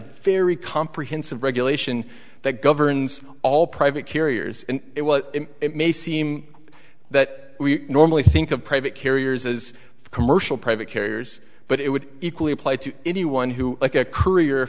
very comprehensive regulation that governs all private carriers and it may seem that we normally think of private carriers as commercial private carriers but it would equally apply to anyone who like a c